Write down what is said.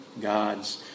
God's